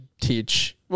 teach